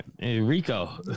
Rico